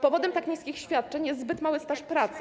Powodem tak niskich świadczeń jest zbyt mały staż pracy.